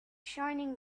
shining